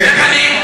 איך אני?